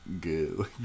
good